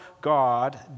God